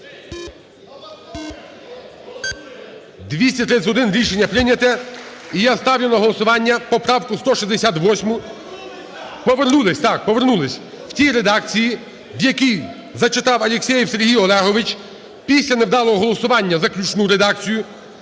За-231 Рішення прийняте. І я ставлю на голосування поправку 168, повернулися, так, в тій редакції, яку зачитав Алєксєєв Сергій Олегович після невдалого голосування, заключну редакцію.